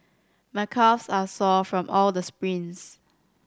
my calves are sore from all the sprints